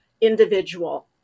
individual